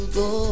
go